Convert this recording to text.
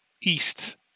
east